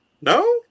No